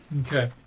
Okay